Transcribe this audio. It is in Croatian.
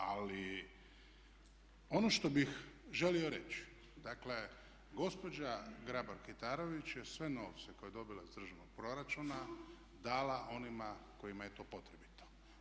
Ali ono što bih želio reći, dakle gospođa Grabar-Kitarović je sve novce koje je dobila iz državnog proračuna dala onima kojima je to potrebito.